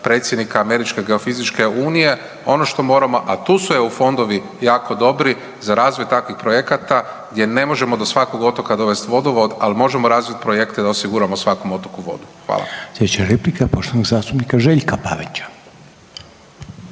predsjednika Američke geofizičke unije. Ono što moramo, a tu su EU jako dobri, za razvoj takvih projekata gdje ne možemo do svakog otoka dovesti vodovod, ali možemo razviti projekte da osiguramo svakom otoku vodu. Hvala. **Reiner, Željko (HDZ)** Sljedeća replika poštovanog zastupnika Željka Pavića.